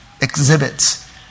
exhibits